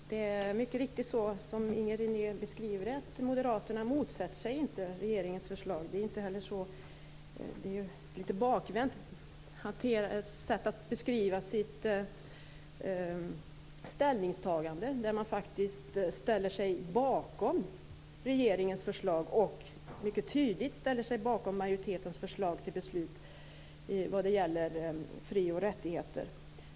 Fru talman! Det är mycket riktigt så som Inger René beskriver det, att moderaterna inte motsätter sig regeringens förslag. Det är ett lite bakvänt sätt att beskriva sitt ställningstagande, när man faktiskt ställer sig bakom regeringens förslag och mycket tydligt ställer sig bakom majoritetens förslag till beslut vad gäller fri och rättigheter.